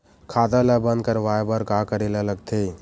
खाता ला बंद करवाय बार का करे ला लगथे?